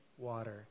water